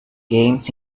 games